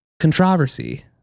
controversy